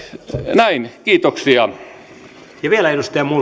näin kiitoksia